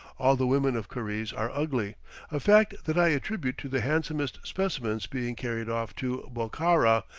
all the women of karize are ugly a fact that i attribute to the handsomest specimens being carried off to bokhara,